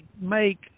make